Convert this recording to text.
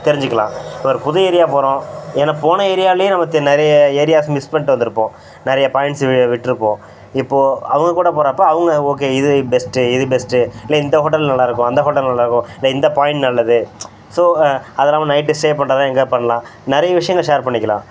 தெரிஞ்சுக்கலாம் இப்போ ஒரு புது ஏரியா போகறோம் ஏன்னா போன ஏரியாவிலே நமத்து நிறைய ஏரியாஸ் மிஸ் பண்ணிட்டு வந்துருப்போம் நிறைய பாயிண்ட்ஸு வி விட்டுருப்போம் இப்போ அவங்கக் கூட போகறப்போ அவங்க ஓகே இது பெஸ்ட்டு இது பெஸ்ட்டு இல்லை இந்த ஹோட்டல் நல்லாருக்கும் அந்த ஹோட்டல் நல்லாருக்கும் இல்லை இந்த பாயிண்ட் நல்லது ஸோ அதுல்லாம நைட்டு ஸ்டே பண்ணுறதுலாம் எங்கேப் பண்ணலாம் நிறைய விஷயங்கள் ஷேர் பண்ணிக்கலாம்